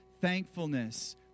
thankfulness